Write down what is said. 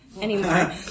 anymore